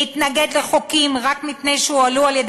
להתנגד לחוקים רק מפני שהועלו על-ידי